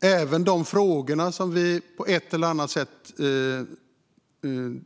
Även de frågor som vi på ett eller annat sätt